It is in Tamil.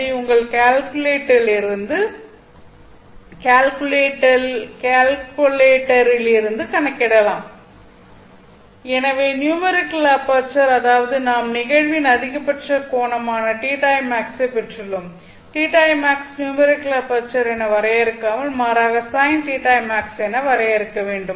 அதை உங்கள் கால்குலேட்டரிலிருந்து கணக்கிடலாம் எனவே நியூமெரிக்கல் அபெர்ச்சர் அதாவது நாம் நிகழ்வின் அதிகபட்ச கோணமான θimax ஐப் பெற்றுள்ளோம் θimax நியூமெரிக்கல் அபெர்ச்சர் என வரையறுக்க வரையறுக்காமல் மாறாக sin θimax என வரையறுக்க வேண்டும்